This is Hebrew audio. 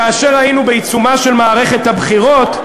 כאשר היינו בעיצומה של מערכת הבחירות,